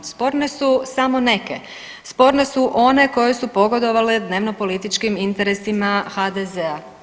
Sporne su samo neke, sporne su one koje su pogodovale dnevno-političkim interesima HDZ-a.